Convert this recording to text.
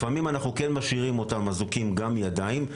לפעמים אנחנו כן משאירים אותם אזוקים גם בידיים,